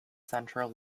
central